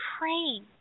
praying